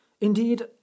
indeed